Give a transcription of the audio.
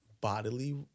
bodily